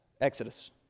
Exodus